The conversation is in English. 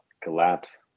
collapse